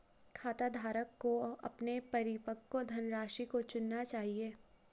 खाताधारक को अपने परिपक्व धनराशि को चुनना चाहिए